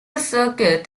circuit